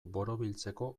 borobiltzeko